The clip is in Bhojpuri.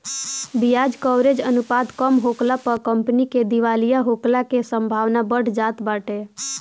बियाज कवरेज अनुपात कम होखला पअ कंपनी के दिवालिया होखला के संभावना बढ़ जात बाटे